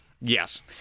Yes